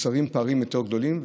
נוצרים פערים יותר גדולים.